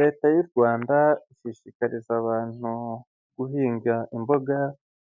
Leta y'u Rwanda ishishikariza abantu guhinga imboga